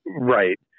Right